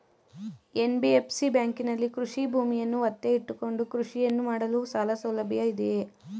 NBFC ಬ್ಯಾಂಕಿನಲ್ಲಿ ಕೃಷಿ ಭೂಮಿಯನ್ನು ಒತ್ತೆ ಇಟ್ಟುಕೊಂಡು ಕೃಷಿಯನ್ನು ಮಾಡಲು ಸಾಲಸೌಲಭ್ಯ ಇದೆಯಾ?